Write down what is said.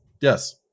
Yes